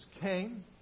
came